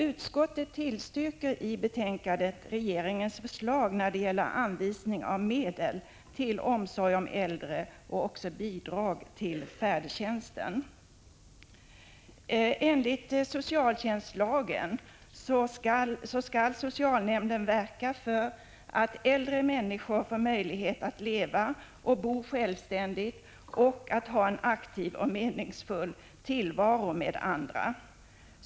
Utskottet tillstyrker i betänkandet regeringens förslag när det gäller anvisning av medel till omsorg om äldre och bidrag till färdtjänsten. Enligt socialtjänstlagen skall socialnämnden verka för att äldre människor får möjlighet att leva och bo självständigt och att ha en aktiv och meningsfull tillvaro tillsammans med andra.